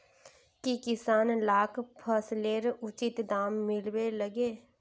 की किसान लाक फसलेर उचित दाम मिलबे लगे?